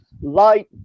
light